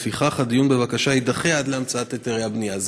לפיכך, הדיון בבקשה יידחה עד להמצאת היתרי הבנייה.